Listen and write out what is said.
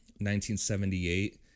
1978